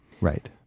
Right